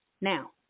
Now